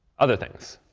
other things?